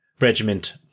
regiment